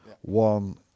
one